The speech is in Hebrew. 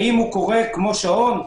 האם הוא קורה כמו שעון,